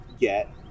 get